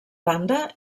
banda